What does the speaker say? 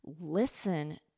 Listen